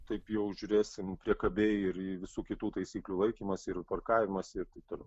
taip jau žiūrėsim priekabiai ir į visų kitų taisyklių laikymąsi ir parkavimas ir taip toliau